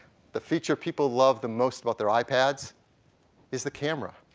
the feature people love the most about their ipads is the camera,